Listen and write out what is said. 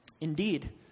Indeed